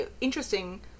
interesting